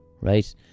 right